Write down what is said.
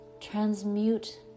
transmute